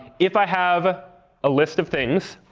if i have a list of things,